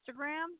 Instagram